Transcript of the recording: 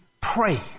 pray